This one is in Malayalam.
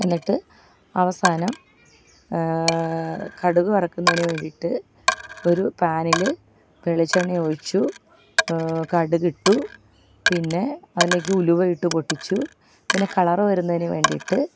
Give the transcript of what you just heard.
എന്നിട്ട് അവസാനം കടുക് വറക്കുന്നതിന് വേണ്ടീട്ട് ഒരു പാനിൽ വെളിച്ചെണ്ണ ഒഴിച്ചു കടുകിട്ടു പിന്നെ അതിലേക്ക് ഉലുവ ഇട്ട് പൊട്ടിച്ചു പിന്നെ കളറ് വരുന്നതിന് വേണ്ടിയിട്ട്